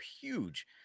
huge